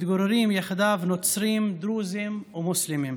מתגוררים יחדיו נוצרים, דרוזים ומוסלמים.